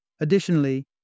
Additionally